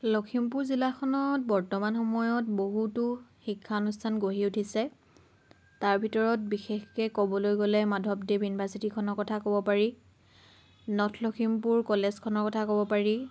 লখিমপুৰ জিলাখনত বৰ্তমান সময়ত বহুতো শিক্ষানুষ্ঠান গঢ়ি উঠিছে তাৰ ভিতৰত বিশেষকৈ ক'বলৈ গ'লে মাধৱদেৱ ইউনিভাৰ্ছিটিখনৰ কথা ক'ব পাৰি নৰ্থ লখিমপুৰ কলেজখনৰ কথা ক'ব পাৰি